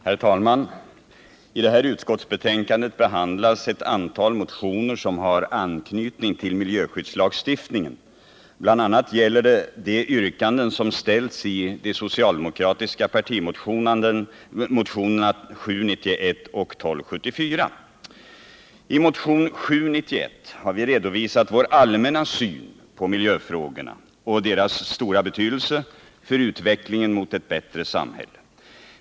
Herr talman! I det här utskottsbetänkandet behandlas ett antal motioner som har anknytning till miljöskyddslagstiftningen. Det gäller bl.a. yrkanden som har ställts i de socialdemokratiska partimotionerna 791 och 1274. I motionen 791 har vi redovisat vår allmänna syn på miljöfrågorna och deras stora betydelse för utvecklingen mot ett bättre samhälle.